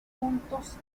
puntos